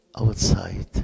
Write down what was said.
outside